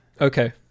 Okay